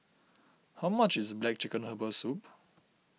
how much is Black Chicken Herbal Soup